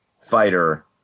fighter